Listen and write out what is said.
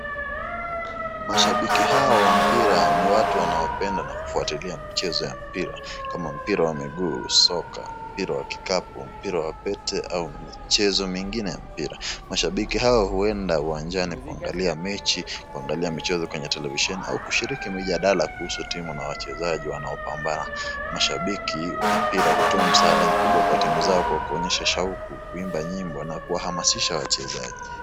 Mashabiki hawa wa mpira ni watu wanaopenda na kufuatilia mchezo wa mpira, kama mpira wa mguu, soka, mpira wa kikapu, mpira wa pete au michezo mingine ya mpira. Mashabiki hao uenda uwanjani kuangalia mechi, kuangalia mchezo kwenye televisheni au kushiriki mijadala kuhusu timu na wachezaji wanaopambana. Mashabiki wa mpira hutoa msaada mkubwa kwa timu zao kwa kuonyesha shauku, kuimba nyimbo na kuhamasisha wachezaji.